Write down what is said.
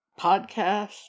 podcast